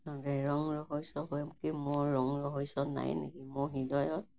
সিহঁতে ৰং ৰহইচ কৰিব কি মোৰ ৰং ৰহইচ নাই নেকি মোৰ হৃদয়ত